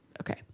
okay